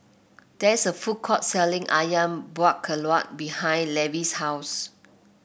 there is a food court selling ayam Buah Keluak behind Levy's house